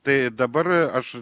tai dabar aš